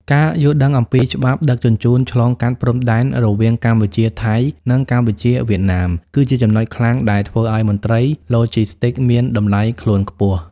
ការយល់ដឹងអំពីច្បាប់ដឹកជញ្ជូនឆ្លងកាត់ព្រំដែនរវាងកម្ពុជា-ថៃ និងកម្ពុជា-វៀតណាម គឺជាចំណុចខ្លាំងដែលធ្វើឱ្យមន្ត្រីឡូជីស្ទីកមានតម្លៃខ្លួនខ្ពស់។